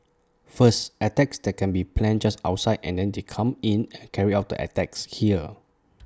first attacks that can be planned just outside and then they come in and carry out the attacks here